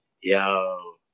Yo